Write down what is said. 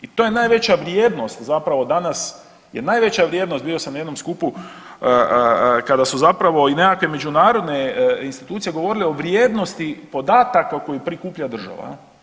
I to je najveća vrijednost zapravo danas je najveća vrijednost bio sam na jednom skupu kada su zapravo i nekakve međunarodne institucije govorile o vrijednosti podataka koje prikuplja država.